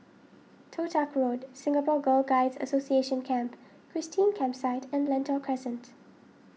Toh Tuck Road Singapore Girl Guides Association Camp Christine Campsite and Lentor Crescent